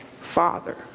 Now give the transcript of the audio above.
Father